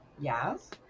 yes